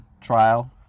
trial